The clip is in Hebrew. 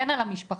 כן על המשפחה,